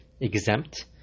exempt